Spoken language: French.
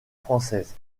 française